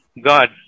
God